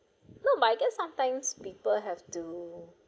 no my guess sometimes people have to